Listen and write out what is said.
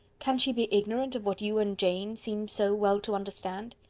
can she be ignorant of what you and jane seem so well to understand?